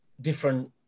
different